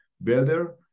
better